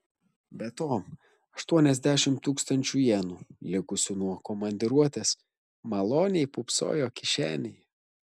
be to aštuoniasdešimt tūkstančių jenų likusių nuo komandiruotės maloniai pūpsojo kišenėje